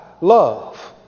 love